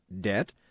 Debt